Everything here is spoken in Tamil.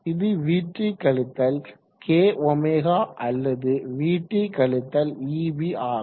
இது vt கழித்தல் kɷ அல்லது vt கழித்தல் eb ஆகும்